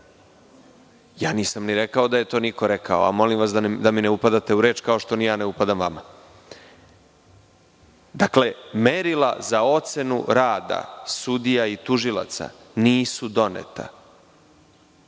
mesta.)Nisam ni rekao da je to niko rekao, a molim vas da mi ne upadate u reč, kao što ni ja ne upadam vama. Dakle, merila za ocenu rada sudija i tužilaca nisu doneta.